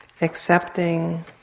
accepting